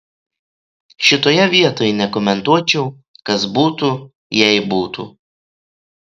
šitoje vietoj nekomentuočiau kas būtų jei būtų